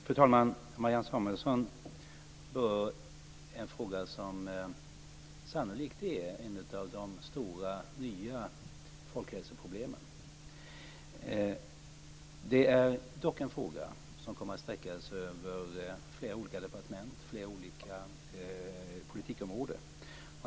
Fru talman! Marianne Samuelsson berör ett problem som sannolikt är ett av de stora nya folkhälsoproblemen. Det är dock en fråga som kommer att sträcka sig över flera olika departement och flera olika politikområden.